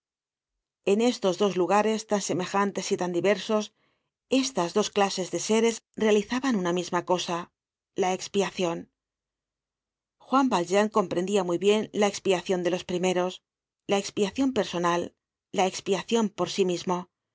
en estos dos lugares tan semejantes y tan diversos estas dos clases de seres realizaban una misma cosa la expiacion juan valjean comprendia muy bien la expiacion de los primeros la expiacion personal la expiacion por sí mismo